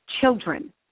children